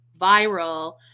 viral